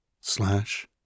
Slash